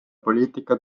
poliitika